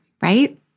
right